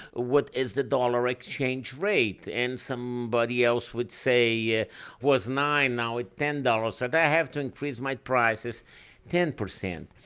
what is the dollar exchange rate? and somebody else would say, yeah was nine now it ten dollars so that i have to increase my prices ten percent.